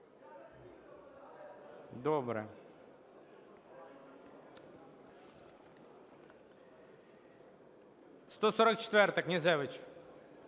Добре. 144-а, Князевич.